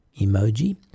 emoji